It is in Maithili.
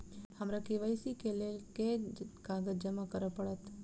हमरा के.वाई.सी केँ लेल केँ कागज जमा करऽ पड़त?